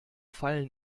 fallen